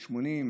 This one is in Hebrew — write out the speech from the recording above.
80,